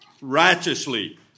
righteously